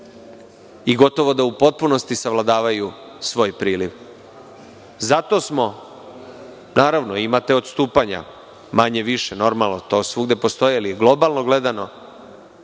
i gotovo da u potpunosti savladavaju svoj priliv. Imate, naravno, odstupanja, manje više, to svugde postoji, ali globalno gledano,